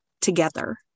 together